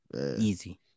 Easy